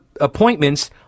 appointments